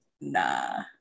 nah